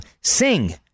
Sing